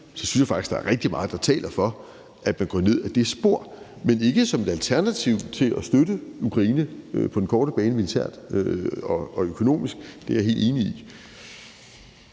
synes jeg faktisk, der er rigtig meget, der taler for, at man går ned ad det spor. Men ikke som et alternativ til at støtte Ukraine militært og økonomisk på den korte bane.